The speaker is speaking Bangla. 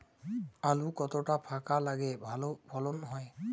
আলু কতটা ফাঁকা লাগে ভালো ফলন হয়?